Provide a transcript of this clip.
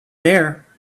there